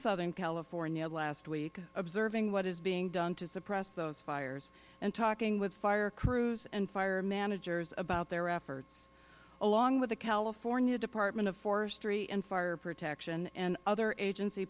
southern california last week observing what is being done to suppress those fires and talking with fire crews and fire managers about their efforts along with the california department of forestry and fire protection and other agency